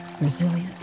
resilient